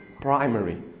primary